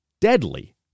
deadly